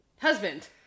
Husband